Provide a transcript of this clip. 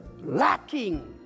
lacking